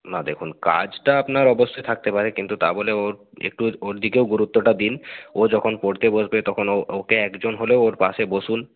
না দেখুন কাজটা আপনার অবশ্যই থাকতে পারে কিন্তু তা বলে ওর একটু ওর দিকেও গুরুত্বটা দিন ও যখন পড়তে বসবে তখন ও ওকে একজন হলেও ওর পাশে বসুন